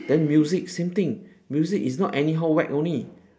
then music same thing music is not anyhow whack only